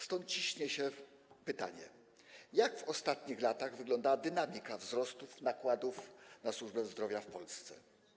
Stąd ciśnie się pytanie: Jak w ostatnich latach wyglądała dynamika wzrostu nakładów na służbę zdrowia w Polsce?